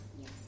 Yes